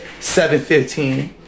7.15